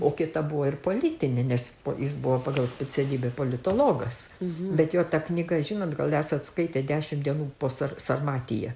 o kita buvo ir politinė nes jis buvo pagal specialybę politologas bet jo ta knyga žinot gal esat skaitę dešimt dienų po sar po sarmatiją